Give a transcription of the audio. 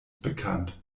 bekannt